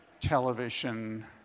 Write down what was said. television